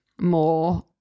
more